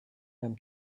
einem